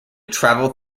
travel